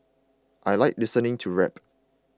I like listening to rap